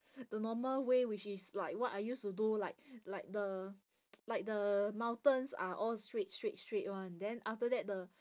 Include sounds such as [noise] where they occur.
the normal way which is like what I used to do like like the [noise] like the mountains are all straight straight straight [one] then after that the